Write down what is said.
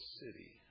city